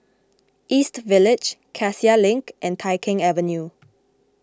East Village Cassia Link and Tai Keng Avenue